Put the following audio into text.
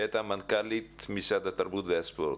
שהייתה מנכ"לית משרד התרבות והספורט.